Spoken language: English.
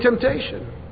temptation